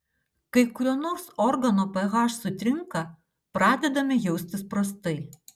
kai kurio nors organo ph sutrinka pradedame jaustis prastai